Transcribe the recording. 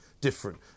Different